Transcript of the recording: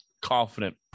confident